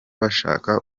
bashaka